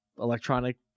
electronic